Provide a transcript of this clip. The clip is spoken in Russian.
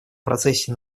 процессе